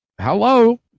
hello